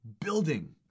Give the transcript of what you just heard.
building